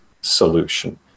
solution